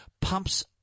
pumps